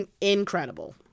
incredible